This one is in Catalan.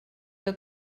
que